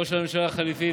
ראש הממשלה החליפי,